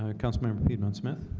ah councilmember piedmon smith